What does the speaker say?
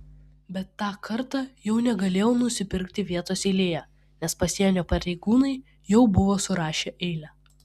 bet tą kartą jau negalėjau nusipirkti vietos eilėje nes pasienio pareigūnai jau buvo surašę eilę